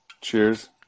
cheers